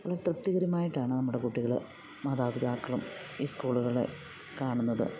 വളരെ തൃപ്തികരമായിട്ടാണ് നമ്മുടെ കുട്ടികളും മാതാപിതാക്കളും ഈ സ്കൂളുകളെ കാണുന്നത്